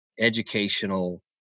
educational